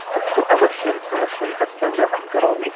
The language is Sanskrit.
अस्तु अवश्यम् अवश्यं तत्सङ्ग्रहं करोमि